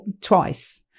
twice